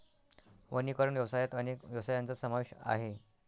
वनीकरण व्यवसायात अनेक व्यवसायांचा समावेश आहे